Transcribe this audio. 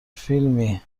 فیلمی